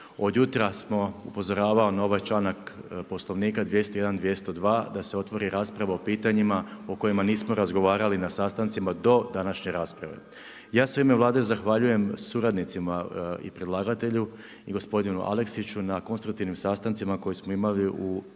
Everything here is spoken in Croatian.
od jutra sam upozoravao na ovaj članak Poslovnika 201. 202. da se otvori rasprava o pitanjima o kojima nismo razgovarali na sastancima do današnje rasprave. I ja se u ime Vlade zahvaljujem suradnicima i predlagatelju. I gospodinu Aleksiću na konstruktivnim sastancima koje smo imali u